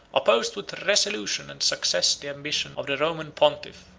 opposed with resolution and success the ambition of the roman pontiff,